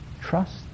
trust